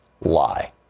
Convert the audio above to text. lie